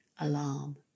Alarm